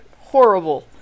horrible